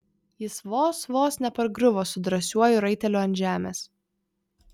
jis vos vos nepargriuvo su drąsiuoju raiteliu ant žemės